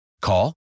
Call